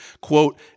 quote